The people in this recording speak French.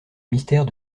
mystère